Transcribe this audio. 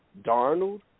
Darnold